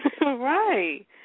Right